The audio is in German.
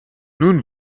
nun